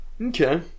Okay